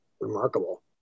remarkable